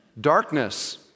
Darkness